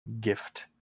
gift